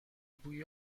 بوی